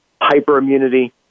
hyperimmunity